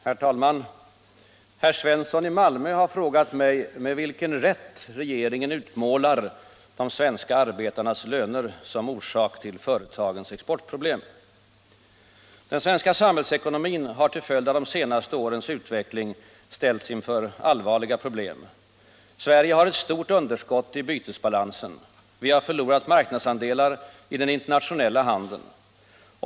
Herr talman! Herr Svensson i Malmö har frågat mig med vilken rätt regeringen utmålar de svenska arbetarnas löner som orsak till företagens exportproblem. Den svenska samhällsekonomin har till följd av de senaste årens utveckling ställts inför allvarliga problem. Sverige har ett stort underskott i bytesbalansen. Vi har förlorat marknadsandelar i den internationella handeln.